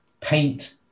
paint